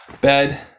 bed